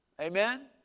Amen